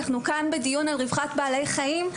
אנחנו כאן בדיון על רווחת בעלי חיים.